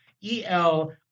E-L